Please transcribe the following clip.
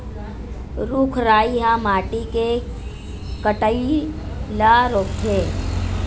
रूख राई ह माटी के कटई ल रोकथे